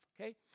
Okay